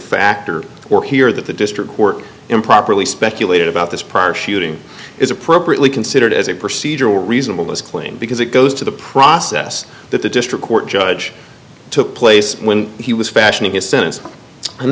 factor or here that the district court improperly speculated about this prior shooting is appropriately considered as a procedural reasonable is claimed because it goes to the process that the district court judge took place when he was fashioning his sentence and